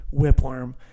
whipworm